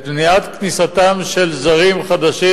את מניעת כניסתם של זרים חדשים,